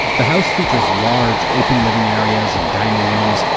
the house features large, open living areas and dining rooms,